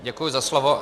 Děkuji za slovo.